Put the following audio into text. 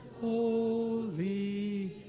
Holy